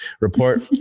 report